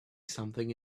something